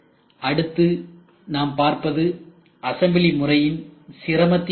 அடுத்து நாம் பார்ப்பது அசெம்பிளி முறையின் சிரமத்தின் அளவு